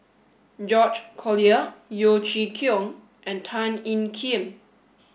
George Collyer Yeo Chee Kiong and Tan Ean Kiam